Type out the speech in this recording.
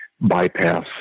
bypass